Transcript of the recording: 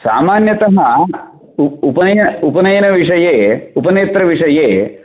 सामान्यतः उपनयनविषये उपनेत्रविषये